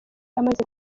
amaze